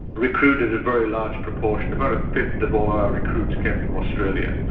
recruited a very large proportion, about a fifth of all our recruits came from australia.